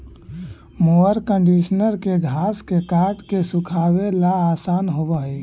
mower conditioner के घास के काट के सुखावे ला आसान होवऽ हई